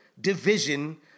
division